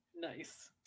Nice